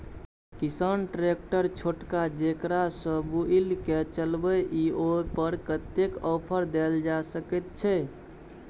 किसान ट्रैक्टर छोटका जेकरा सौ बुईल के चलबे इ ओय पर कतेक ऑफर दैल जा सकेत छै?